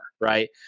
Right